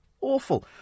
Awful